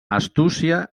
astúcia